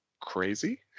crazy